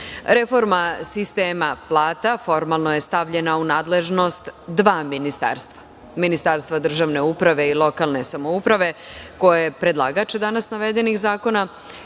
sektoru. Reforma sistema plata formalno je stavljena u nadležnost dva ministarstva: Ministarstva državne uprave i lokalne samouprave, koje je predlagač danas navedenih zakona,